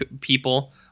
people